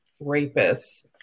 rapists